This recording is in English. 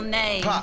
name